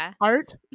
art